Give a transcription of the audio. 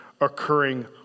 occurring